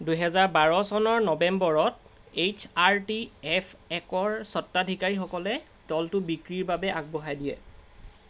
দুহেজাৰ বাৰ চনৰ নৱেম্বৰত এইচ আৰ টি এফ একৰ স্বত্বাধিকাৰীসকলে দলটো বিক্ৰীৰ বাবে আগবঢ়াই দিয়ে